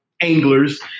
anglers